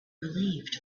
relieved